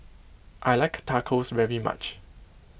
I like Tacos very much